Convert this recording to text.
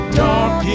dark